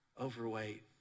overweight